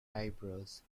eyebrows